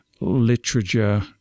literature